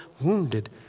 wounded